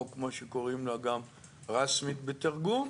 או כמו שקוראים לה גם "רסמית" בתרגום,